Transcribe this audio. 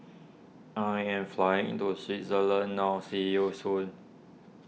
I am flying to Switzerland now see you soon